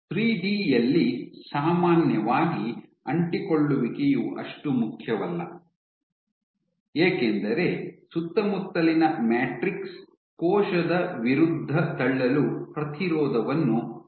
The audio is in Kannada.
ಥ್ರೀಡಿ ಯಲ್ಲಿ ಸಾಮಾನ್ಯವಾಗಿ ಅಂಟಿಕೊಳ್ಳುವಿಕೆಯು ಅಷ್ಟು ಮುಖ್ಯವಲ್ಲ ಏಕೆಂದರೆ ಸುತ್ತಮುತ್ತಲಿನ ಮ್ಯಾಟ್ರಿಕ್ಸ್ ಕೋಶದ ವಿರುದ್ಧ ತಳ್ಳಲು ಪ್ರತಿರೋಧವನ್ನು ನೀಡುತ್ತದೆ